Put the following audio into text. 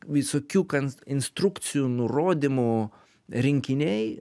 visokių kan instrukcijų nurodymų rinkiniai